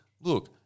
look